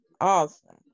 Awesome